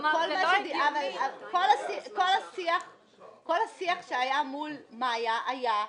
כלומר: זה לא הגיוני --- כל השיח שהיה מול מאיה היה --- בסדר,